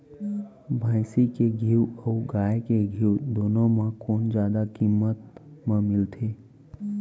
भैंसी के घीव अऊ गाय के घीव दूनो म कोन जादा किम्मत म मिलथे?